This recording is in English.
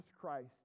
Christ